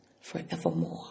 forevermore